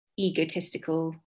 egotistical